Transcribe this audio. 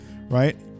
right